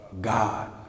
God